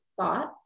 thoughts